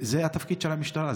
זה התפקיד של המשטרה,